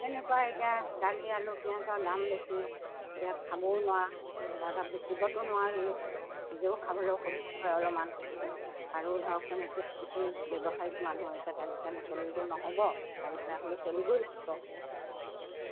তেনেকুৱা এতিয়া দালি আলু পিঁয়াজৰ দাম বেছি এতিয়া খাবও নোৱাৰা ধৰা বেচিবটো নোৱাৰোৱে নিজেও খাবলৈ অসুবিধা হয় অলপমান আৰু ধৰকচোন এতিয়া আমি ব্যৱসায়িক মানুহ এতিয়া তেনেকৈ নচলিলেও নহ'ব যেন তেনে হ'লেও চলিবই লাগিব